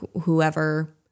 whoever